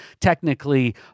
technically